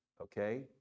okay